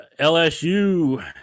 LSU